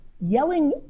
yelling